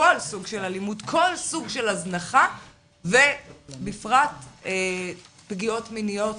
כל סוג של הזנחה ובפרט פגיעות מיניות